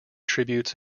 tributes